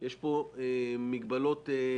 אבל יש פה מגבלות משפטיות